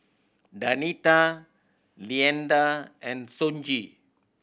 Danita Leander and Sonji